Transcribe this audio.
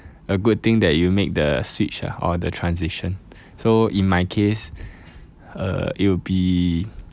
a good thing that you make the switch ah or the transition so in my case uh it'll be